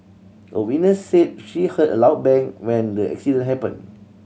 a witness said she heard a loud bang when the accident happened